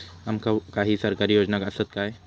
आमका काही सरकारी योजना आसत काय?